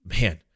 man